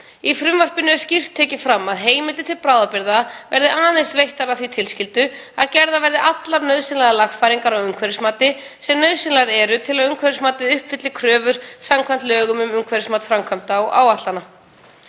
Í frumvarpinu er skýrt tekið fram að heimildir til bráðabirgða verði aðeins veittar að því tilskildu að gerðar verði allar lagfæringar á umhverfismati sem nauðsynlegar eru til að umhverfismatið uppfylli kröfur samkvæmt lögum um umhverfismat framkvæmda og áætlana.